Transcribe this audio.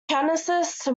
kansas